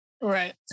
Right